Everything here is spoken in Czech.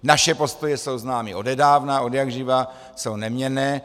Naše postoje jsou známy odedávna, odjakživa, jsou neměnné.